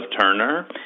Turner